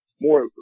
more